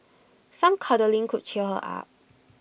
some cuddling could cheer her up